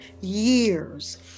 years